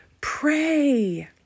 Pray